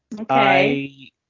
Okay